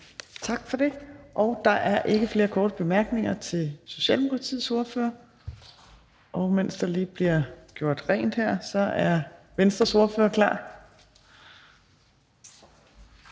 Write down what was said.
Tak for det. Der er ikke flere korte bemærkninger til Socialdemokratiets ordfører. Mens der lige bliver gjort rent, er Venstres ordfører klar.